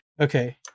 Okay